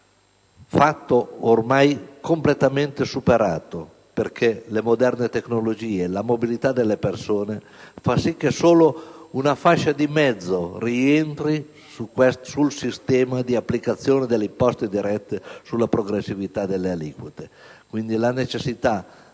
aspetto ormai completamente superato perché le moderne tecnologie, la mobilità delle persone fanno sì che solo una fascia di mezzo rientri nel sistema di applicazione delle imposte dirette sulla progressività delle aliquote. Quindi, vi è la necessità